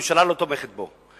הממשלה לא תומכת בו.